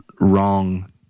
wrong